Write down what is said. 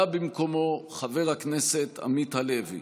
בא במקומו חבר הכנסת עמית הלוי.